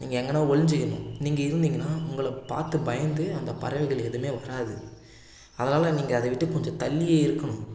நீங்கள் எங்கேன்னா ஒளிஞ்சிக்கணும் நீங்கள் இருந்திங்கன்னா உங்களை பார்த்து பயந்து அந்த பறவைகள் எதுவுமே வராது அதனால் நீங்கள் அதை விட்டு கொஞ்சம் தள்ளியே இருக்கணும்